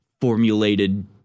formulated